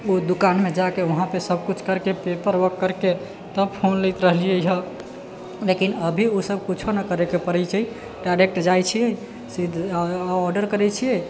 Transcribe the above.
ओ दुकानमे जाके वहाँ पे सब किछु करिके पेपर वर्क करिके तब फोन लैत रहलियै हँ लेकिन अभी ओ सब किछु नहि करैके पड़ैत छै डाइरेक्ट जाइत छियै ऑर्डर करैत छियै